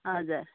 हजुर